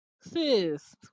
Sis